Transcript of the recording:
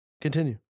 continue